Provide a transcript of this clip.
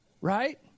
Right